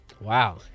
Wow